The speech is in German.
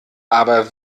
aber